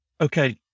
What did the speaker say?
okay